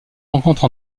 rencontre